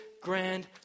grand